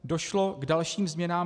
Došlo k dalším změnám.